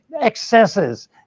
excesses